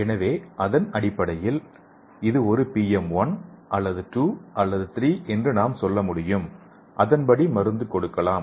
எனவே அதன் அடிப்படையில் இது ஒரு பிஎம் 1 அல்லது 2 அல்லது 3 என நாம் சொல்ல முடியும் அதன்படி மருந்து கொடுக்கலாம்